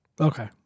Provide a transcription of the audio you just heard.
Okay